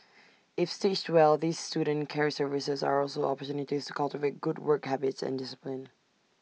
if stitched well these student care services are also opportunities to cultivate good work habits and discipline